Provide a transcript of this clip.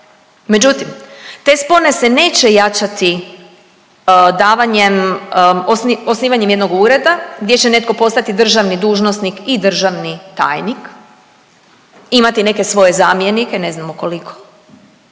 Međutim, te spone se neće jačati davanjem, osnivanjem jednog ureda gdje će netko postati državni dužnosnik i državni tajnik, imati neke svoje zamjenike, ne znamo koliko